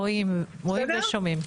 רואים ושומעים.